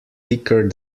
thicker